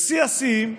ושיא השיאים,